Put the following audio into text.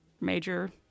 major